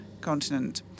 continent